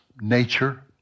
nature